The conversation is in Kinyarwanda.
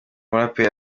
muraperi